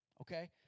Okay